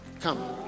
come